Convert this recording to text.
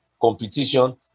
competition